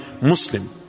Muslim